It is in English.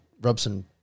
Robson